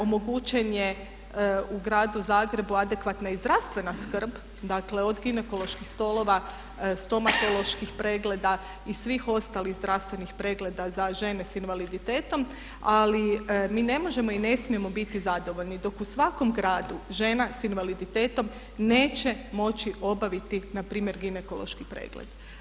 Omogućena je u gradu Zagreb adekvatna i zdravstvena skrb, dakle od ginekoloških stolova, stomatoloških pregleda i svih ostalih zdravstvenih pregleda za žene sa invaliditetom ali mi ne možemo i ne smijemo biti zadovoljni dok u svakom gradu žena sa invaliditetom neće moći obaviti npr. ginekološki pregled.